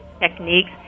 techniques